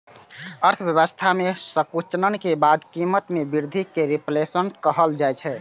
अर्थव्यवस्था मे संकुचन के बाद कीमत मे वृद्धि कें रिफ्लेशन कहल जाइ छै